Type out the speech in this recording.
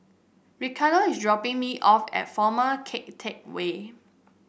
Ricardo is dropping me off at Former Keng Teck Whay